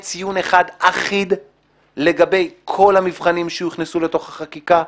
ציון אחד אחיד לגבי כל המבחנים שיוכנסו לתוך החקיקה.